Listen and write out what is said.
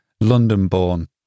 London-born